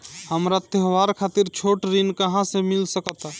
हमरा त्योहार खातिर छोट ऋण कहाँ से मिल सकता?